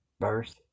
verse